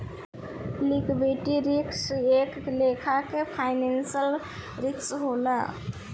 liquidity risk एक लेखा के फाइनेंशियल रिस्क होला